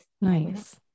nice